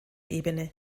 ebene